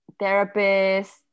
therapist